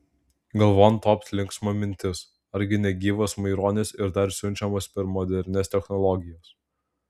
galvon topt linksma mintis argi ne gyvas maironis ir dar siunčiamas per modernias technologijas